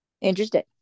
Interesting